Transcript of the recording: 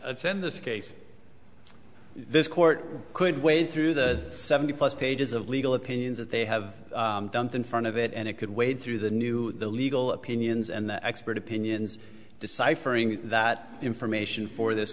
this case this court could wade through the seventy plus pages of legal opinions that they have dumped in front of it and it could wade through the new the legal opinions and the expert opinions decipher that information for this